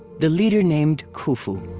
the leader named khufu.